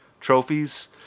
trophies